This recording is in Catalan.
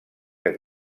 que